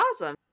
awesome